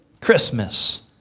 Christmas